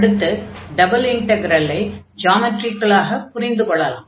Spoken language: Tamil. அடுத்து டபுள் இன்டக்ரலை ஜாமெட்ரிகலாக புரிந்துக் கொள்ளலாம்